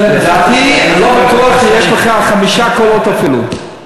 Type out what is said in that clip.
לדעתי, אני לא בטוח שיש לך חמישה קולות אפילו.